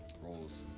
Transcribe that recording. roles